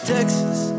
Texas